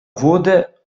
wurde